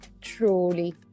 truly